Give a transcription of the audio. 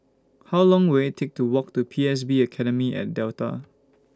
How Long Will IT Take to Walk to P S B Academy At Delta